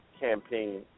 campaign